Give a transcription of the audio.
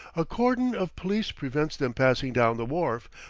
a cordon of police prevents them passing down the wharf,